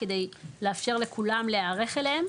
כדי לאפשר לכולם להיערך אליהן,